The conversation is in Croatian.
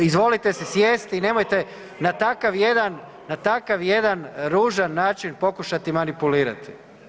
Izvolite se sjesti i nemojte na takav jedan ružan način pokušati manipulirati.